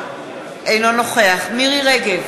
אינו נוכח מירי רגב,